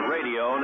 Radio